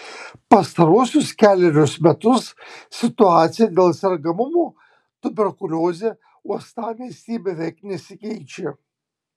pastaruosius kelerius metus situacija dėl sergamumo tuberkulioze uostamiestyje beveik nesikeičia